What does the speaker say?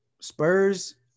Spurs